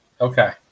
Okay